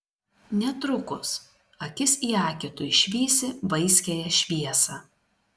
netrukus akis į akį tu išvysi vaiskiąją šviesą